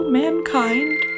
mankind